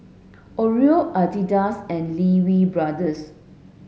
Oreo Adidas and Lee Wee Brothers